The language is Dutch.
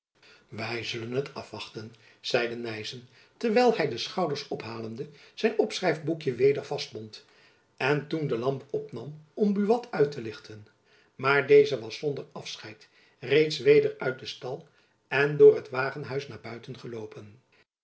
wy zullen het afwachten zeide nyssen terwijl hy de schouders ophalende zijn opschrijfboekjen weder vastbond en toen de lamp opnam om buat uit te lichten maar deze was zonder afscheid reeds weder uit den stal en door het wagenhuis naar buiten geloopen